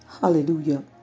Hallelujah